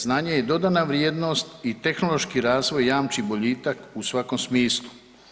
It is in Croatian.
Znanje je dodana vrijednost i tehnološki razvoj jamči boljitak u svakom smislu.